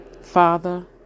father